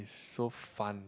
so fun